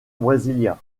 brésilien